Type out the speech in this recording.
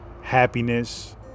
happiness